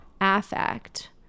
affect